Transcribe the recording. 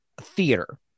theater